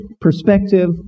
perspective